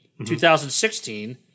2016